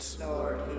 Lord